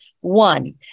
One